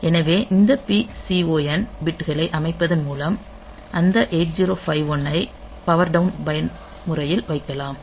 எனவே இந்த PCON பிட்களை அமைப்பதன் மூலம் அந்த 8051 ஐ பவர் டவுன் பயன்முறையில் வைக்கலாம்